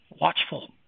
watchful